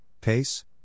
Pace